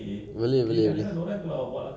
boleh boleh boleh